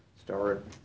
start